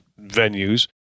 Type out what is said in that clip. venues